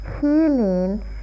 healing